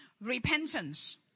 Repentance